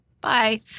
Bye